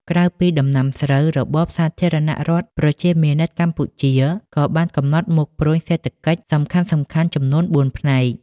ក្រៅពីដំណាំស្រូវ របបសាធារណរដ្ឋប្រជាមានិតកម្ពុជា ក៏បានកំណត់មុខព្រួញសេដ្ឋកិច្ចសំខាន់ៗចំនួនបួនផ្នែក។